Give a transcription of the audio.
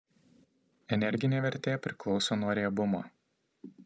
energinė vertė priklauso nuo riebumo